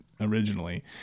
originally